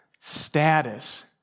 status